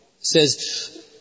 says